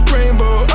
Rainbow